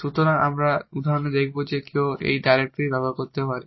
সুতরাং আমরা উদাহরণে দেখব যে কেউ এই ডিরেক্টরিটিও ব্যবহার করতে পারে